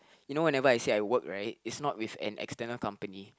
you know whenever I say I work right it's not with an external company